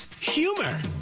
Humor